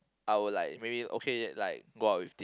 I will like maybe okay like go out with